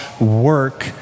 work